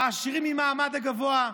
העשירים מהמעמד הגבוה,